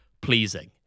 pleasing